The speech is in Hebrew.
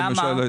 למה?